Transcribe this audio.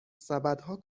سبدها